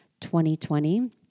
2020